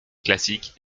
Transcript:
classiques